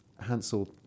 Hansel